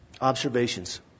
Observations